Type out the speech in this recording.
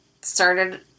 started